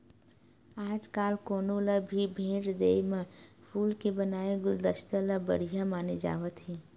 आजकाल कोनो ल भी भेट देय म फूल के बनाए गुलदस्ता ल बड़िहा माने जावत हे